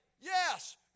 Yes